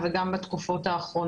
גם אני וגם אתה לדעתי חיים על פי